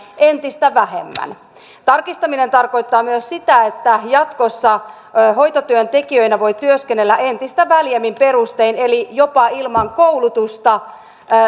entistä vähemmän tarkistaminen tarkoittaa myös sitä että jatkossa hoitotyöntekijöinä voi työskennellä entistä väljemmin perustein eli jopa ilman koulutusta